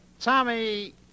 Tommy